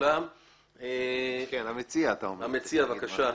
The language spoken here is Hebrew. המציע, בבקשה.